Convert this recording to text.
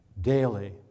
daily